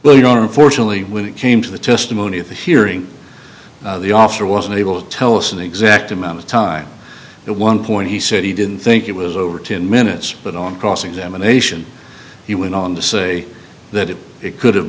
know unfortunately when it came to the testimony of the hearing the officer wasn't able to tell us an exact amount of time at one point he said he didn't think it was over two minutes but on cross examination he went on to say that it could have